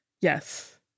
Yes